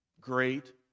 Great